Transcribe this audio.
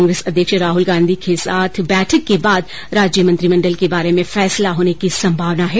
कांग्रेस अध्यक्ष राहुल गांधी के साथ बैठक के बाद राज्य मंत्रिमण्डल के बारे में फैसला होने की संभावना है